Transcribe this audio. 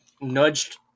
nudged